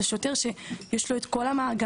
זה שוטר שיש לו את כל המאגרים,